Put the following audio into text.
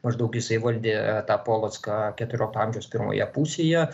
maždaug jisai valdė tą polocką keturiolikto amžiaus pirmoje pusėje